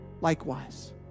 likewise